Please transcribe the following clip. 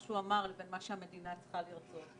שהוא אמר לבין מה שהמדינה צריכה לעשות.